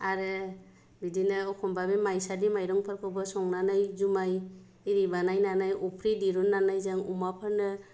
आरो बिदिनो अखम्बा बे माइसालि माइरंफोरखौ संनानै जुमाइ एरि बानायनानै अफ्रि दिरुननानै जोङो अमाफोरनो